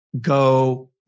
Go